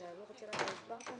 אני אומר מילה לגבי בקשות